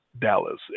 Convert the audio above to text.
Dallas